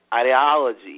ideology